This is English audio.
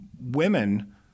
women